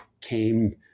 came